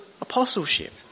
apostleship